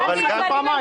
אני לא מבקש פעמיים.